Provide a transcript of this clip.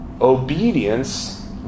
obedience